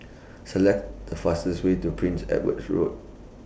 Select The fastest Way to Prince Edward's Road